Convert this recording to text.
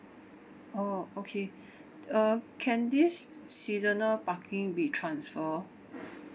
orh okay uh can this seasonal parking be transfer